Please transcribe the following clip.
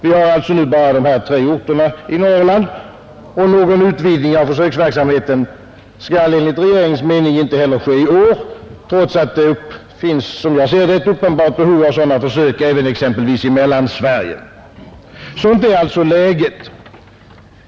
Vi har alltså nu bara dessa tre orter i Norrland, och någon utvidgning av försöksverksamheten skall enligt regeringens mening inte heller ske i år, trots att det — som jag ser det — finns ett uppenbart behov av sådana försök exempelvis även i Mellansverige. Sådant är läget.